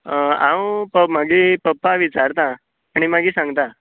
हांव मागे पप्पा विचारतां आनी मागीर सांगता